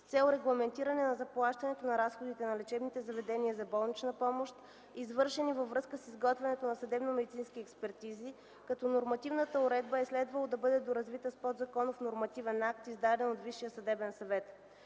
с цел регламентиране на заплащането на разходите на лечебните заведения за болнична помощ, извършени във връзка с изготвянето на съдебномедицинските експертизи, като нормативната уредба е следвало да бъде доразвита с подзаконов нормативен акт, издаден от Висшия съдебен съвет.